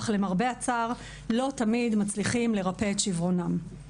אך למרבה הצער לא תמיד מצליחים לרפא את שברונן.